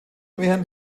während